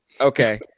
Okay